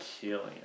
killing